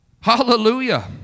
Hallelujah